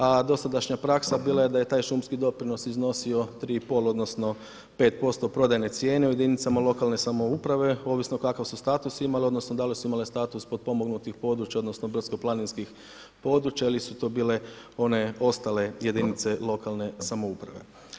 A dosadašnja praksa bila je da je taj šumski doprinos iznosio 3,5, odnosno 5% prodajne cijene u jedinicama lokalne samouprave, ovisno kakav su status imale, odnosno da li su imale status potpomognutih područja, odnosno brdsko-planinskih područja ili su to bile one ostale jedinice lokalne samouprave.